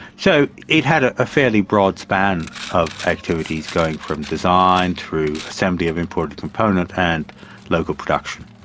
so it had a a fairly broad span of activities going from design through assembly of imported components and local production.